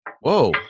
Whoa